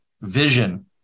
vision